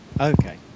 okay